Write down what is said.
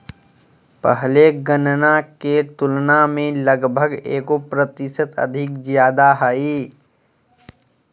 पहले गणना के तुलना में लगभग एगो प्रतिशत अधिक ज्यादा हइ